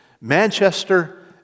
Manchester